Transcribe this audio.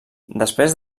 després